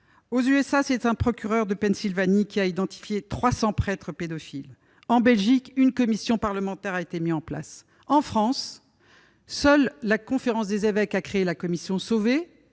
Aux États-Unis, un procureur de Pennsylvanie a identifié 300 prêtres pédophiles. En Belgique, une commission parlementaire a été mise en place. En France, c'est la Conférence des évêques qui a créé la commission Sauvé,